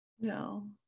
no